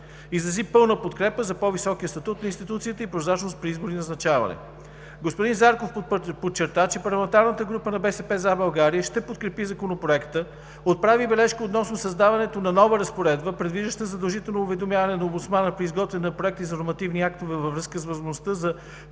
изрази пълна подкрепа за по-високия статут на институцията и прозрачност при избор и назначаване. Господин Зарков подчерта, че парламентарната група на „БСП за България“ ще подкрепи Законопроекта; отправи бележка относно създаването на нова разпоредба, предвиждаща задължително уведомяване на омбудсмана при изготвяне на проекти на нормативни актове във връзка с възможността за